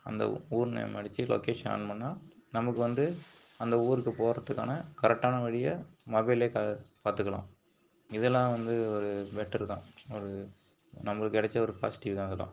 அந்த ஊர் நேம் அடித்து லொகேஷன் ஆன் பண்ணால் நமக்கு வந்து அந்த ஊருக்கு போகிறத்துக்கான கரெக்ட்டான வழியை மொபைல்லியே பார்த்துக்கலாம் இதெல்லாம் வந்து ஒரு பெட்டர் தான் ஒரு நம்மளுக்கு கிடைச்ச ஒரு பாசிட்டிவ் தான் இதெல்லாம்